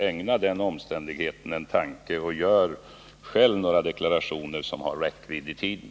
Ägna den omständigheten en tanke, och gör själva några deklarationer som har räckvidd i tiden!